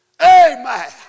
Amen